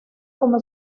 como